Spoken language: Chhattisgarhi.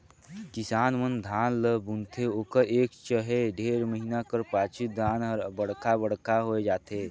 किसान मन धान ल बुनथे ओकर एक चहे डेढ़ महिना कर पाछू धान हर बड़खा बड़खा होए जाथे